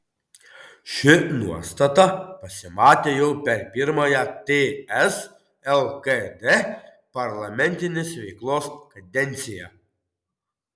ši nuostata pasimatė jau per pirmąją ts lkd parlamentinės veiklos kadenciją